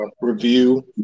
review